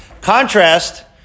Contrast